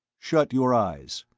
shut your eyes.